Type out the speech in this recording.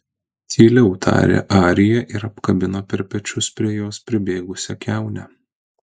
tyliau tarė arija ir apkabino per pečius prie jos pribėgusią kiaunę